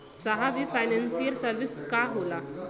साहब इ financial service का होला?